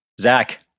Zach